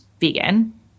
vegan